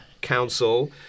Council